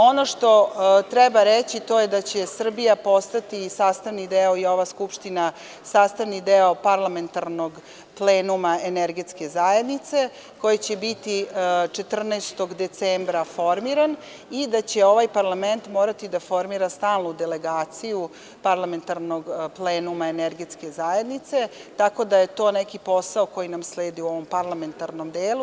Ono što treba reći, to je da će Srbija i ova Skupština postati sastavni deo Parlamentarnog plenuma energetske zajednice, koji će biti 14. decembra formirana i da će ovaj parlament morati da formira stalnu delegaciju Parlamentarnog plenuma energetske zajednice, tako da je to neki posao koji nam sledi u ovom parlamentarnom delu.